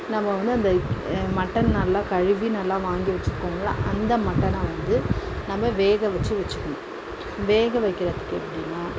நம்ம வந்து அந்த மட்டன் நல்லா கழுவி நல்லா வாங்கி வைச்சுக்கோம்ல அந்த மட்டனை வந்து நம்ம வேக வைச்சு வைச்சுக்கணும் வேக வைக்கிறதுக்கு எப்படின்னா